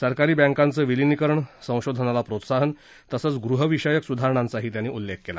सरकारी बँकांचं विलिनीकरण संशोधनाला प्रोत्साहन तसंच ग़हविषयक स्धारणांचाही त्यांनी उल्लेख केला